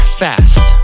fast